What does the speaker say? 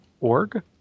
org